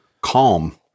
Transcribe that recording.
calm